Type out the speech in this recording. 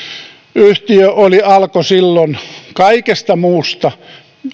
yhtiö oli alko silloin kaikesta muusta